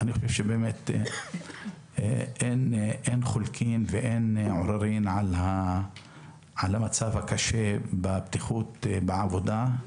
אין חולקין ואין עוררין על המצב הקשה בבטיחות בעבודה.